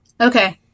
Okay